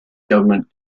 government